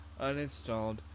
Uninstalled